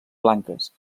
blanques